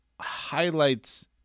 highlights